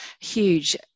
huge